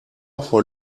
for